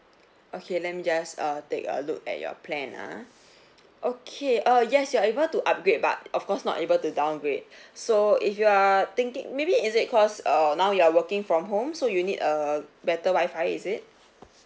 okay let me just uh take a look at your plan ah okay err yes you are able to upgrade but of course not able to downgrade so if you are thinking maybe is it cause err now you are working from home so you need a better wifi is it